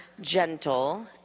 gentle